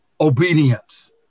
obedience